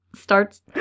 starts